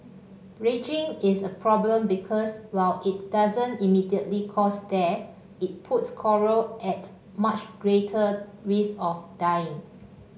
bleaching is a problem because while it doesn't immediately cause death it puts coral at much greater risk of dying